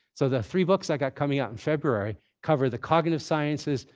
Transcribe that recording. so the three books i've got coming out in february cover the cognitive sciences,